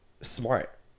smart